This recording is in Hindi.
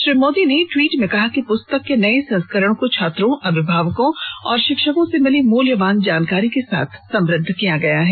श्री मोदी ने ट्वीट में कहा कि पुस्तक के नए संस्करण को छात्रों अभिभावकों और शिक्षकों से मिली मूल्यवान जानकारी के साथ समृद्ध किया गया है